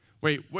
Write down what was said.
Wait